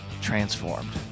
transformed